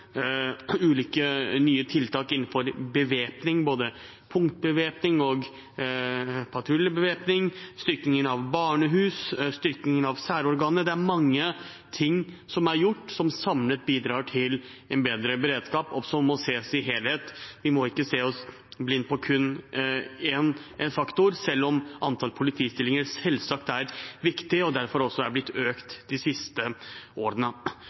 ulike nye tiltak innenfor bevæpning, både punktbevæpning og patruljebevæpning, styrkingen av barnehus, styrkingen av særorganer – det er mange ting som er gjort som samlet bidrar til en bedre beredskap, og som må ses i helhet. Vi må ikke se oss blind på kun én faktor, selv om antall politistillinger selvsagt er viktig og derfor også er blitt økt de siste årene.